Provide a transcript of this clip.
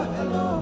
hello